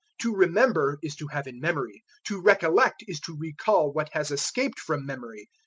to remember is to have in memory to recollect is to recall what has escaped from memory.